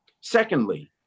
Secondly